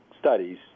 studies